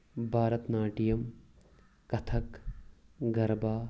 Bharat Natyam Kathak Garba